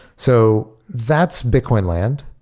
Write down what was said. so that's bitcoin land.